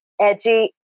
edgy